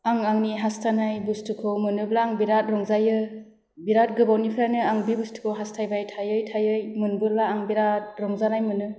आं आंनि हास्थायनाय बुस्थुखौ मोनोब्ला आं बेराद रंजायो बेराद गोबावनिफ्राइनो आं बे बुस्थुखौ हास्थायबाय थायै थायै मोनबोला आं बेराद रंजानाय मोनो